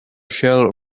shell